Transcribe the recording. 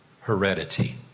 heredity